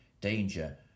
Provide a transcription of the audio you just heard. danger